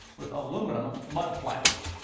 with aluminum mud flaps.